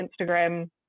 Instagram